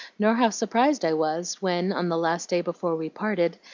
nor how surprised i was when, on the last day before we parted,